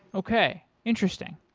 okay. interesting.